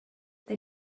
they